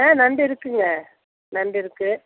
ஆ நண்டு இருக்குங்க நண்டு இருக்கு